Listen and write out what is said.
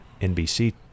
nbc